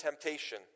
temptation